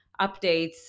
updates